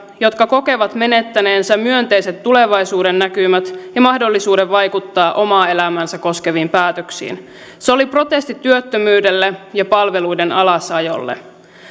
jotka kokevat menettäneensä myönteiset tulevaisuudennäkymät ja mahdollisuuden vaikuttaa omaa elämäänsä koskeviin päätöksiin se oli protesti työttömyydelle ja palveluiden alasajolle